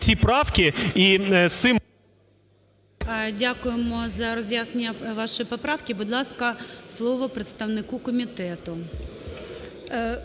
Дякуємо за роз'яснення вашої поправки. Будь ласка, слово представнику комітету.